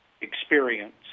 experience